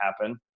happen